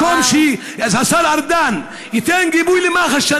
במקום שהשר ארדן ייתן גיבוי למח"ש,